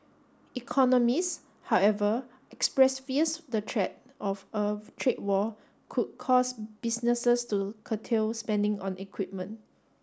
economist however express fears the threat of a trade war could cause businesses to curtail spending on equipment